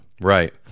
Right